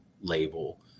label